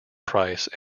price